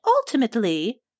ultimately